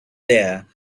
there